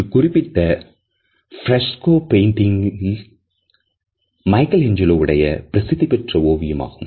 இந்த குறிப்பிட்ட fresco painting Michelangelo உடைய பிரசித்தி பெற்ற ஓவியம் ஆகும்